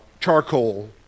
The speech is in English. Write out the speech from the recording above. charcoal